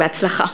בהצלחה.